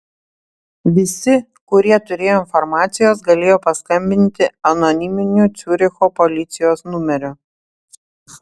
visi kurie turėjo informacijos galėjo paskambinti anoniminiu ciuricho policijos numeriu